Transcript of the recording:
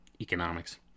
economics